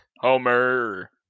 Homer